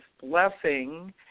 Blessing